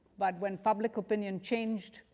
but when public opinion changed,